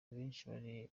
abenshi